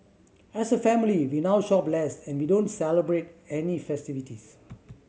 as a family we now shop less and we don't celebrate any festivities